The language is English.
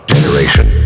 Generation